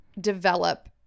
develop